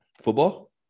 Football